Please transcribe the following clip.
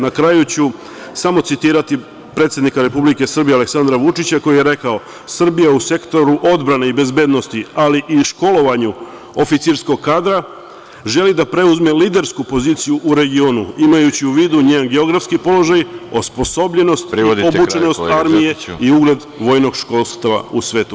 Na kraju ću samo citirati predsednika Republike Srbije Aleksandra Vučića koji je rekao – Srbija u sektoru odbrane i bezbednosti, ali i školovanju oficirskog kadra želi da preuzme lidersku poziciju u regionu, imajući u vidu njen geografski položaj, osposobljenost, obučenost armije i ugled vojnog školstva u svetu.